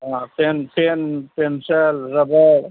हाँ pen pen pencil रबड़